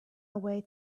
away